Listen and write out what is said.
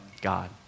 God